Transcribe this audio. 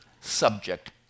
subject